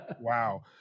wow